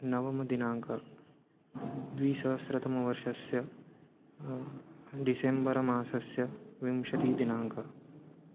नवमदिनाङ्कः द्विसहस्रतमवर्षस्य डिसेम्बर मासस्य विंशतिदिनाङ्कः